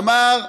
אמר: